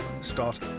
start